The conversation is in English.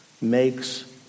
makes